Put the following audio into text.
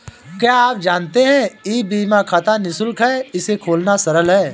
क्या आप जानते है ई बीमा खाता निशुल्क है, इसे खोलना सरल है?